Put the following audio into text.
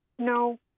No